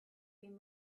been